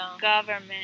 government